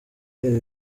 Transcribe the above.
areba